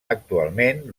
actualment